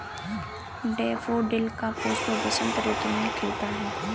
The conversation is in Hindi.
डेफोडिल का पुष्प बसंत ऋतु में खिलता है